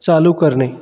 चालू करणे